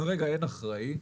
כרגע אין אחראי.